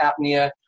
apnea